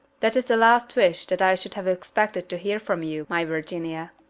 that is the last wish that i should have expected to hear from you, my virginia.